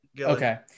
Okay